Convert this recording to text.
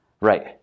right